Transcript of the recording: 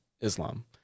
Islam